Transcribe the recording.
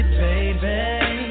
baby